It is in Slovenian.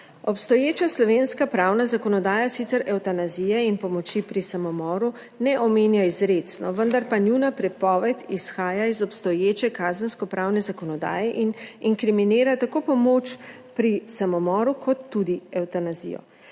Obstoječa slovenska pravna zakonodaja sicer evtanazije in pomoči pri samomoru ne omenja izrecno, vendar pa njuna prepoved izhaja iz obstoječe kazenskopravne zakonodaje in inkriminira tako pomoč pri samomoru kot tudi evtanazijo.